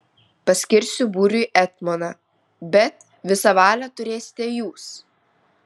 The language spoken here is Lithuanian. paskirsiu būriui etmoną bet visą valią turėsite jūs